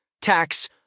tax